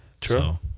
True